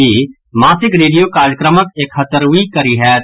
ई मासिक रेडियो कार्यक्रमक एकहत्तरिवीं कड़ी होयत